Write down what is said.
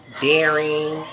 daring